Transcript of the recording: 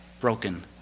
broken